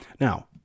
Now